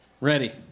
Ready